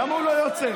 למה הוא לא יוצא?